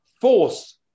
force